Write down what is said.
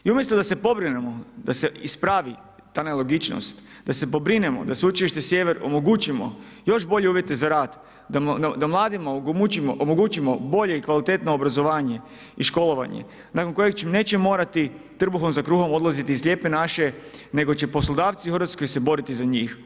I umjesto da se pobrinemo, da se ispravi ta nelogičnost, da se pobrinemo da Sveučilištu Sjever omogućimo još bolje uvjete za rad, da mladima omogućimo bolje i kvalitetno obrazovanje i školovanje nakon kojeg neće morati trbuhom za kruhom odlaziti iz Lijepe naše, nego će poslodavci u Hrvatskoj se boriti za njih.